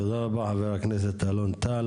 תודה רבה חבר הכנסת אלון טל.